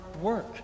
work